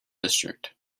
district